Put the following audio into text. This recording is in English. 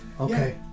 Okay